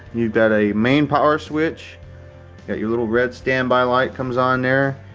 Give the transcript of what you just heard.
you've got a main power switch your little red standby light comes on there.